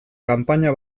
kanpaina